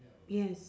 yes